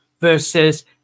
versus